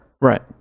right